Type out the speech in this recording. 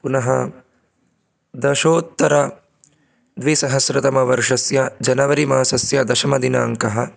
पुनः दशोत्तरद्विसहस्रतमवर्षस्य जनवरि मासस्य दशमदिनाङ्कः